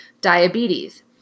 diabetes